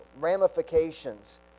ramifications